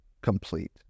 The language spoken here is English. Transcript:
complete